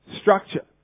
structure